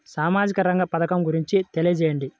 సామాజిక రంగ పథకం గురించి తెలియచేయండి?